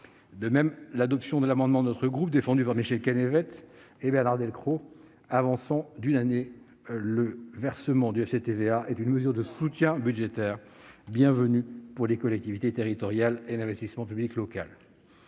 De même, l'adoption de l'amendement de notre groupe, défendu par Michel Canevet et Bernard Delcros, tendant à avancer d'une année le versement du FCTVA est une mesure de soutien budgétaire bienvenue pour les collectivités territoriales et l'investissement public local.